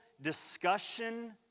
discussion